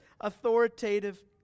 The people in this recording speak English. authoritative